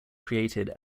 created